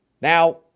Now